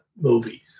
movie